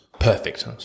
Perfect